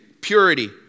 purity